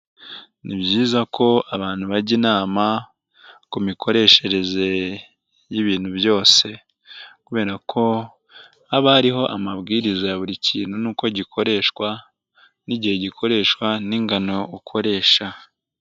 Ni byiza ko abantu bajya inama ku mikoreshereze y'ibintu byose kubera ko haba hariho amabwiriza ya buri kintu nuko gikoreshwa, n'igihe gikoreshwa, n'ingano ukoresha.